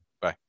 Bye